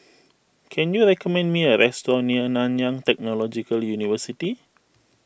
can you recommend me a restaurant near Nanyang Technological University